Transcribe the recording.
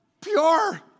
Pure